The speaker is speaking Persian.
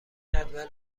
جدول